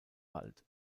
wald